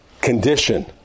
condition